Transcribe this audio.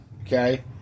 Okay